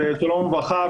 וברכה,